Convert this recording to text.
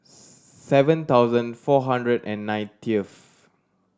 seven thousand four hundred and ninetieth